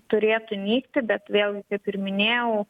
turėtų nykti bet vėlgi kaip ir minėjau